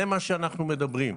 זה מה שאנחנו מדברים.